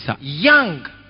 young